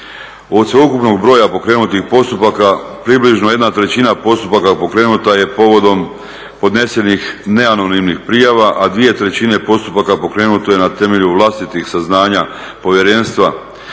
Od sveukupnog broja pokrenutih postupaka približno 1/3 postupaka pokrenuta je povodom podnesenih neanonimnih prijava, a 2/3 postupaka pokrenuto je na temelju vlastitih saznanja povjerenstva.